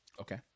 Okay